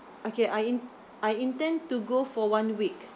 okay I in~ I intend to go for one week